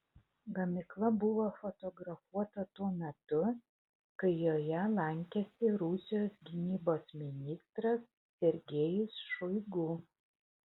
gamykla buvo fotografuota tuo metu kai joje lankėsi rusijos gynybos ministras sergejus šoigu